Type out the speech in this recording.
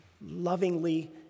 lovingly